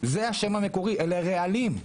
זה השם המקורי, אלה רעלים.